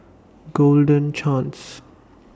Golden Chance